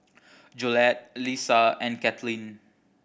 Jolette Lesa and Kathlyn